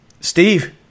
steve